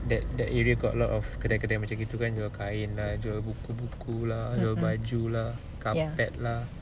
that that area got a lot of kedai-kedai macam gitu kan jual kain lah jual buku-buku lah jual baju lah carpet lah